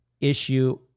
issue